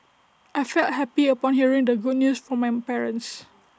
I felt happy upon hearing the good news from my parents